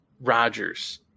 Rodgers